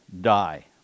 die